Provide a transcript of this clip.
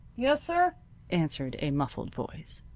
yessir, answered a muffled voice.